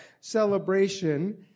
celebration